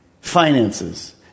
finances